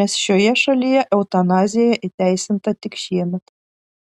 nes šioje šalyje eutanazija įteisinta tik šiemet